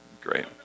great